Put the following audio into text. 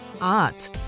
Art